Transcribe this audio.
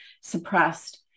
suppressed